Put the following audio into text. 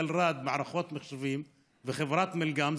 טלרד מערכות מחשבים וחברת מילגם,